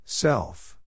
Self